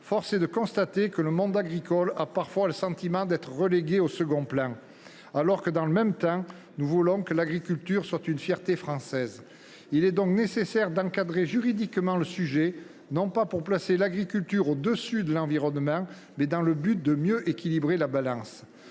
à l’environnement, le monde agricole a parfois le sentiment d’être relégué au second plan, alors que, dans le même temps, nous voulons que l’agriculture soit une fierté française. Il est donc nécessaire d’encadrer juridiquement le sujet, non pas pour placer l’agriculture au dessus de l’environnement, mais pour mieux équilibrer la balance.